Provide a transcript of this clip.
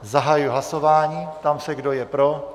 Zahajuji hlasování a ptám se, kdo je pro.